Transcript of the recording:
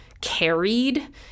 carried